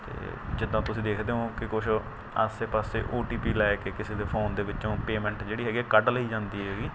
ਅਤੇ ਜਿੱਦਾਂ ਤੁਸੀਂ ਦੇਖਦੇ ਹੋ ਕੇ ਕੁਛ ਆਸੇ ਪਾਸੇ ਓ ਟੀ ਪੀ ਲੈ ਕੇ ਕਿਸੇ ਦੇ ਫੋਨ ਦੇ ਵਿੱਚੋਂ ਪੇਮੈਂਟ ਜਿਹੜੀ ਹੈਗੀ ਹੈ ਕੱਢ ਲਈ ਜਾਂਦੀ ਹੈਗੀ